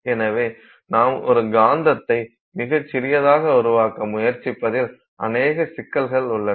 எனவே நாம் ஒரு காந்தத்தை மிகச் சிறியதாக உருவாக்க முயற்சிப்பதில் அனேக சிக்கல்கள் உள்ளன